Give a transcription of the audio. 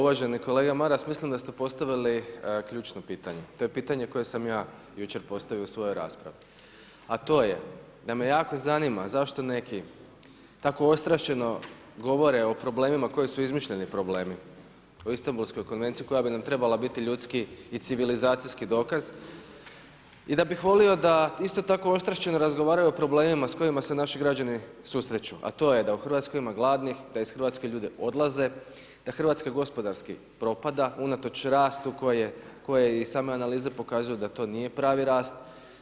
Uvaženi kolega Maras mislim da ste postavili ključno pitanje, to je pitanje koje sam ja jučer postavio u svojoj raspravi a to je da me jako zanima zašto neki tako ostrašćeno govore o problemima koji su izmišljeni problemi, o Istambulskoj konvenciji koja bi nam trebala biti ljudski i civilizacijski dokaz i da bi volio da isto tako ostrašćeno razgovaraju o problemima s kojima se naši građani susreću a to je da u Hrvatskoj ima gladnih, da iz Hrvatske ljudi odlaze, da Hrvatska gospodarski propada unatoč rastu koji je, za koji i same analize pokazuju da to nije pravi rast.